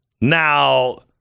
Now